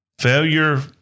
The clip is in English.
Failure